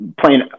playing